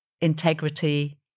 integrity